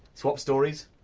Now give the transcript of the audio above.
swap stories!